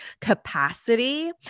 capacity